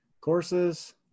courses